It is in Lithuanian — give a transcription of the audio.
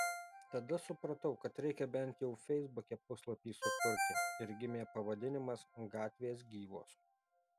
tada supratau kad reikia bent jau feisbuke puslapį sukurti ir gimė pavadinimas gatvės gyvos